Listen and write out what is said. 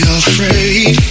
afraid